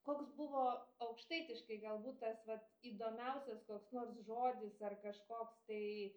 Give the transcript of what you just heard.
koks buvo aukštaitiškai galbūt tas vat įdomiausias koks nors žodis ar kažkoks tai